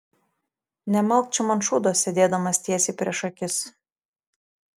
nemalk čia man šūdo sėdėdamas tiesiai prieš akis